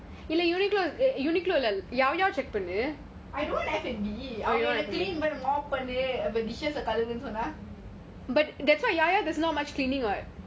I don't want F&B all the cleaning பண்ணு:pannu mop பண்ணு:pannu dishes eh கழுவு சொன்ன:kaluvu sonna